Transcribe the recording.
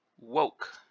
woke